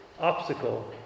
obstacle